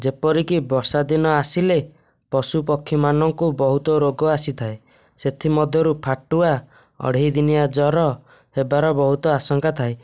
ଯେପରିକି ବର୍ଷା ଦିନ ଆସିଲେ ପଶୁ ପକ୍ଷୀମାନଙ୍କୁ ବହୁତ ରୋଗ ଆସିଥାଏ ସେଥିମଧ୍ୟରୁ ଫାଟୁଆ ଅଢ଼େଇ ଦିନିଆ ଜ୍ୱର ହେବାର ବହୁତ ଆଶଙ୍କା ଥାଏ